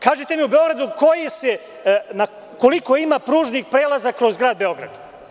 Kažite mi u Beogradu koliko ima pružnih prelaza kroz grad Beograd?